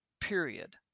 period